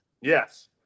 Yes